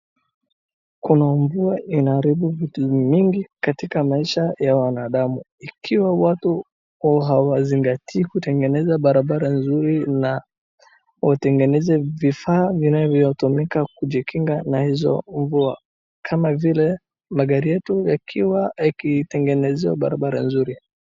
Kuna mvua inaharibu vitu mingi katika maisha ya wanadamu. Ikiwa watu hawazingatii kutengeneza barabara nzuri na watengeneze vifaa vinavyotumika kujikinga na hizo mvua kama vile magari yetu yakiwa yakitengenezewa barabara mzuri.